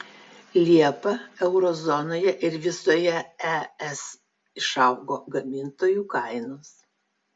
liepą euro zonoje ir visoje es išaugo gamintojų kainos